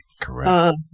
Correct